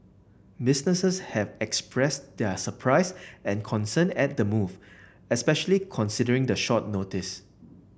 businesses have expressed their surprise and concern at the move especially considering the short notice